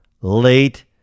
late